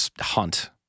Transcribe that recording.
Hunt